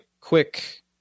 quick